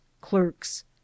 clerks